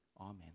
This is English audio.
amen